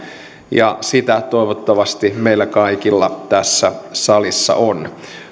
ja sitä toivottavasti meillä kaikilla tässä salissa on